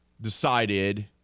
decided